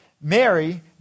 Mary